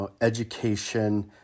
education